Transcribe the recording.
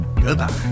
goodbye